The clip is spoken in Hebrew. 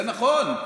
זה נכון.